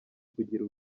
kugira